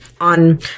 on